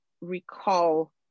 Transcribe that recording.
recall